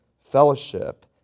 fellowship